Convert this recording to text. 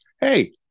hey